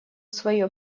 своё